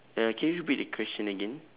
uh can you repeat the question again